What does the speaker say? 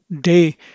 day